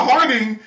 Harding